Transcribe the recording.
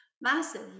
massive